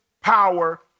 power